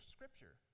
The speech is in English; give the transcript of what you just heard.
Scripture